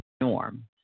norm